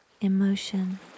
emotion